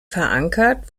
verankert